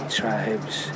tribes